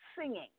singing